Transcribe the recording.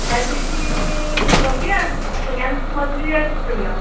त्या दिवशी बघूया सगळ्यांचं मत घेऊया आणि ठरवू या